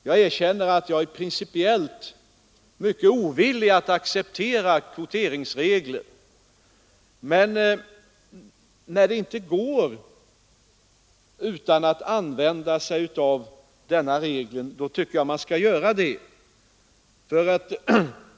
Jag erkänner att jag principiellt är mycket ovillig att acceptera kvoteringsregler, men när det inte går på något annat sätt tycker jag att man skall använda sig av denna regel.